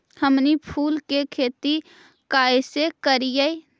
हमनी फूल के खेती काएसे करियय?